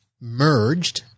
merged